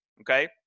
Okay